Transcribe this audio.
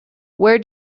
where